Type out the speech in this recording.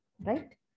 right